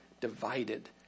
divided